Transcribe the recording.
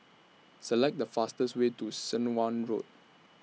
Select The fastest Way to Swanage Road